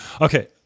Okay